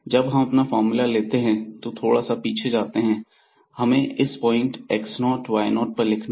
जब हम अपना फार्मूला लेते हैं और थोड़ा सा पीछे जाते हैं तो हमें इस पॉइंट x 0 y 0 पर लिखना है